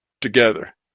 together